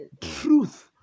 truth